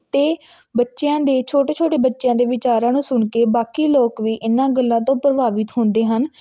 ਅਤੇ ਬੱਚਿਆਂ ਦੇ ਛੋਟੇ ਛੋਟੇ ਬੱਚਿਆਂ ਦੇ ਵਿਚਾਰਾਂ ਨੂੰ ਸੁਣ ਕੇ ਬਾਕੀ ਲੋਕ ਵੀ ਇਹਨਾਂ ਗੱਲਾਂ ਤੋਂ ਪ੍ਰਭਾਵਿਤ ਹੁੰਦੇ ਹਨ